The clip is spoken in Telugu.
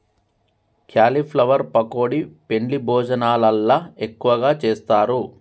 క్యాలీఫ్లవర్ పకోడీ పెండ్లి భోజనాలల్ల ఎక్కువగా చేస్తారు